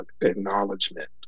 acknowledgement